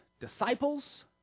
Disciples